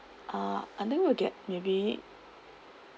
uh and then we'll get maybe